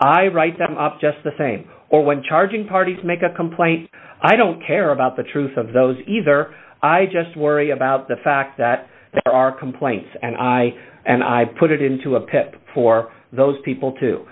i write them up just the same or when charging parties make a complaint i don't care about the truth of those either i just worry about the fact that there are complaints and i and i put it into a pep for those people to